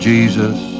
Jesus